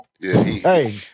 Hey